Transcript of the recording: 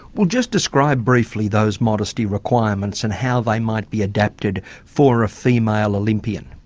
well just describe briefly those modesty requirements and how they might be adapted for a female olympian.